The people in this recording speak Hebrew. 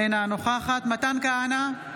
אינה נוכחת מתן כהנא,